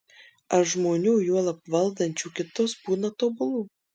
ar žmonių juolab valdančių kitus būna tobulų